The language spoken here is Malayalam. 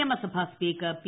നിയമസഭാ സ്പീക്കർ പി